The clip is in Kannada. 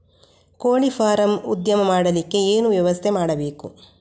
ಕೋಳಿ ಫಾರಂ ಉದ್ಯಮ ಮಾಡಲಿಕ್ಕೆ ಏನು ವ್ಯವಸ್ಥೆ ಮಾಡಬೇಕು?